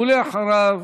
ואחריו,